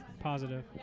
Positive